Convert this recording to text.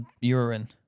urine